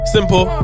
Simple